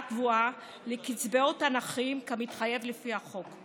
קבועה לקצבאות הנכים כמתחייב לפי החוק.